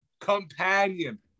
Companion